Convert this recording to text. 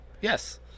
Yes